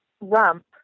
rump